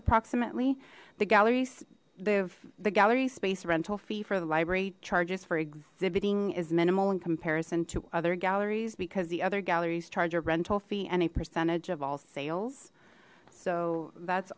approximately the galleries the the gallery space rental fee for the library charges for exhibiting is minimal in comparison to other galleries because the other galleries charge a rental fee and a percentage of all sales so that's